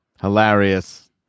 hilarious